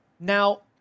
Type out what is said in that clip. Now